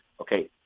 Okay